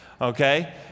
okay